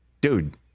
Dude